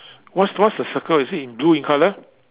what's what's the circle is it in blue in colour